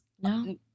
no